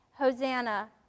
Hosanna